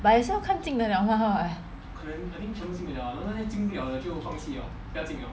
but 也是要看进得了 mah [what]